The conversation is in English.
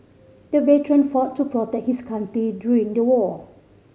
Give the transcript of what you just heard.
the veteran fought to protect his country during the war